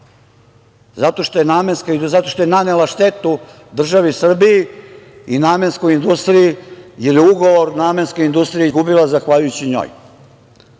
zato što je nanela štetu državi Srbiji i „Namenskoj industriji“, jer je ugovor „Namenska industrija“ izgubila zahvaljujući njoj?